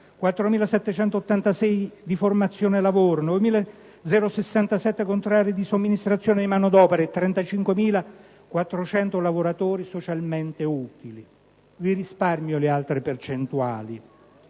di formazione lavoro, 9.067 contratti di somministrazione e di manodopera e 34.457 lavoratori socialmente utili. Vi risparmio le altre percentuali.